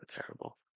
Terrible